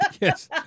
yes